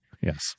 Yes